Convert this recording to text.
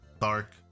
Dark